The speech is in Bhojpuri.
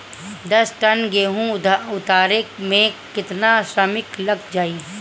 दस टन गेहूं उतारे में केतना श्रमिक लग जाई?